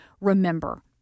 remember